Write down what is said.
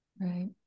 Right